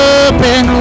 open